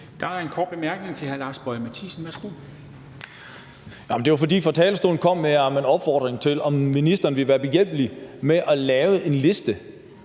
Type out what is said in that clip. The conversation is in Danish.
Der er en kort bemærkning til hr. Lars Boje Mathiesen. Værsgo. Kl. 11:20 Lars Boje Mathiesen (NB): Det er, fordi jeg fra talerstolen kom med en opfordring til, at ministeren ville være behjælpelig med at lave en liste